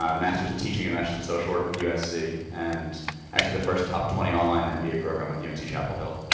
um masters in teaching and masters in social work with usc. and actually the first top twenty online and mba program with unc chapel hill.